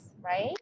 right